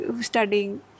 studying